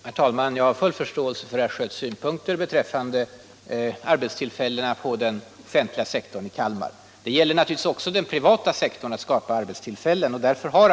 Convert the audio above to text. Herr talman! Jag har full förståelse för herr Schötts synpunkter beträffande arbetstillfällena på den offentliga sektorn i Kalmar. Det gäller naturligtvis också att skapa arbetstillfällen i den privata sektorn.